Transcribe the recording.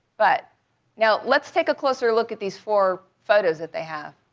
but now let's take a closer look at these four photos that they have.